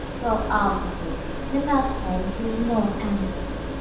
well, i'll tell you. in the first place, he's not amorous.